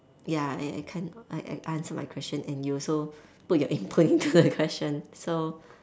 ya I I I kind I I answered my question and you also put your input into the question so